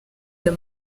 ayo